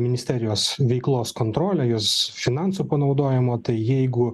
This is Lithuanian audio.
ministerijos veiklos kontrolę jos finansų panaudojimą tai jeigu